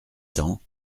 cents